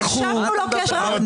הקשבנו לו קשב רב.